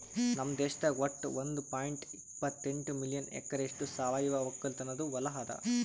ನಮ್ ದೇಶದಾಗ್ ವಟ್ಟ ಒಂದ್ ಪಾಯಿಂಟ್ ಎಪ್ಪತ್ತೆಂಟು ಮಿಲಿಯನ್ ಎಕರೆಯಷ್ಟು ಸಾವಯವ ಒಕ್ಕಲತನದು ಹೊಲಾ ಅದ